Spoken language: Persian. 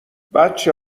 بچه